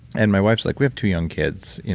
and my wife's like, we have two young kids.